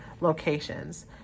locations